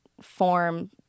form